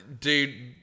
Dude